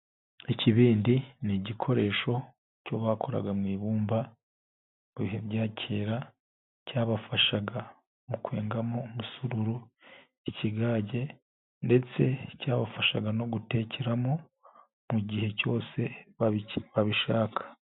Ikibindi ni igikoresho cyo bakoraga mu ibumba mu bihe bya kera, cyabafashaga mu kwengamo umusaruro, ikigage ndetse cyabafashaga no gutekeramo, mu gihe cyose ba babishaka.